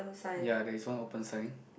ya there is one open sign